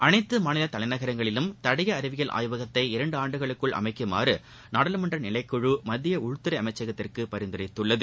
அனைத்து மாநில தலைநகரங்களிலும் தடய அறிவியல் ஆய்கவத்தை இரண்டு ஆண்டுகளுக்குள் அமைக்குமாறு நாடாளுமன்ற நிலைக்குழு மத்திய உள்துறை அமைச்சகத்துக்கு பரிந்துரைத்துள்ளது